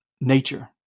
nature